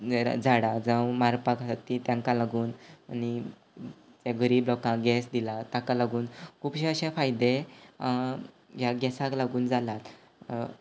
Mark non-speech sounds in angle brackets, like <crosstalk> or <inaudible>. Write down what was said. <unintelligible> झाडां जावं मारपाक तीं तांकां लागून आनी ते गरीब लोकांक गॅस दिला ताका लागून खुबशे अशें फायदे ह्या गॅसाक लागून जालात